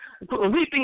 weeping